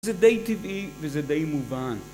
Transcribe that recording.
זה די טבעי וזה די מובן.